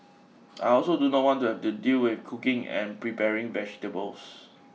I also do not want to have to deal with cooking and preparing vegetables